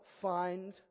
find